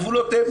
הגבולות הן,